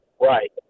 Right